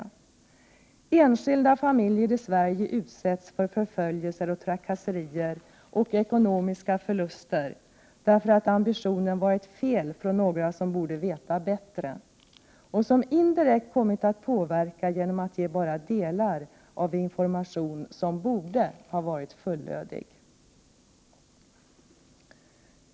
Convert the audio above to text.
Enskilda familjer i Sverige utsätts för förföljelser och trakasserier och ekonomiska förluster därför att ambitionen varit felaktig från några som borde veta bättre och som indirekt kommit att påverka genom att ge bara delar av information som borde ha varit fullödig.